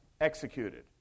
executed